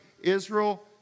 Israel